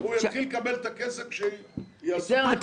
עם הכסף של המדינה.